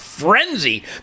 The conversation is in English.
frenzy